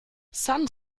san